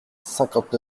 cinquante